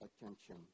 attention